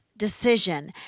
decision